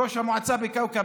ראש המועצה בכאוכב?